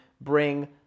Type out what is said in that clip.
bring